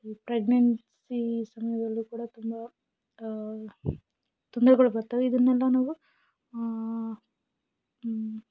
pregnancy ಸಮಯದಲ್ಲಿ ಕೂಡ ತುಂಬ ತೊಂದರೆಗಳು ಬರ್ತವೆ ಇದನ್ನೆಲ್ಲ ನಾವು